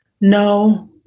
no